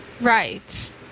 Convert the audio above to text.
Right